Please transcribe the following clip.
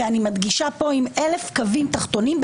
ואני מדגישה פה עם אלף קווים תחתונים,